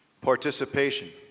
Participation